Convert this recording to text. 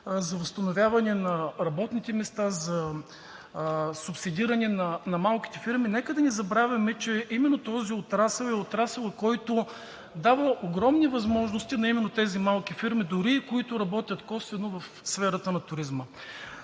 за възстановяване на работните места, за субсидиране на малките фирми, нека да не забравяме, че именно този е отрасълът, който дава огромни възможности именно на тези малки фирми, дори на тези, които работят косвено в сферата на туризма.